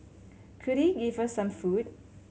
could he give her some food